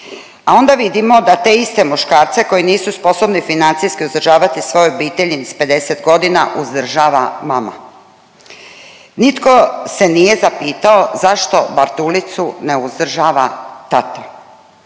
A onda vidimo da te iste muškarce koji nisu sposobni financijski uzdržavati svoju obitelj ni s 50 godina, uzdržava mama. Nitko se nije zapitao zašto Bartulicu ne uzdržava tata.